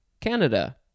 Canada